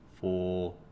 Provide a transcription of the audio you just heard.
four